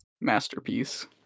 Masterpiece